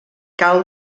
cal